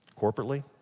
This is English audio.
corporately